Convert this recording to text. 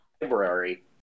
library